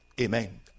Amen